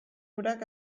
urak